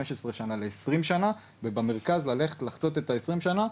שנה ל-20 שנה ובמרכז ללכת ולחצות את ה-20 שנה.